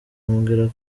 bamubwira